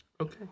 Okay